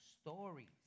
stories